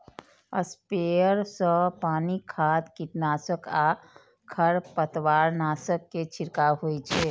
sprayer सं पानि, खाद, कीटनाशक आ खरपतवारनाशक के छिड़काव होइ छै